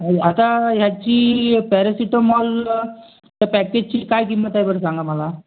आता ह्याची पॅरासिटॅमॉल त्या पॅकेटची काय किंमत आहे बरं सांगा मला